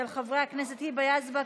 של חברי הכנסת היבה יזבק,